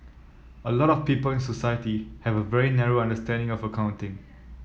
a lot of people in society have a very narrow understanding of accounting